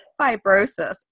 fibrosis